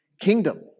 kingdom